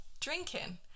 drinking